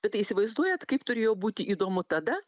bet tai įsivaizduojat kaip turėjo būti įdomu tada